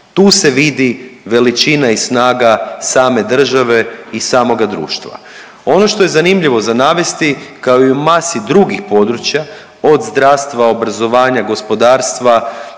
Tu se vidi veličina i snaga same države i samoga društva. Ono što je zanimljivo za navesti kao i u masi drugih područja od zdravstva, obrazovanja, gospodarstva,